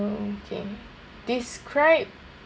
mm okay describe